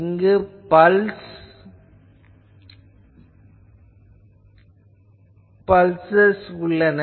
இங்கு பல்சஸ் உள்ளன